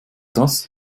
das